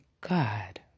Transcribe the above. God